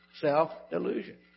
Self-delusion